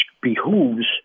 behooves